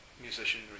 musician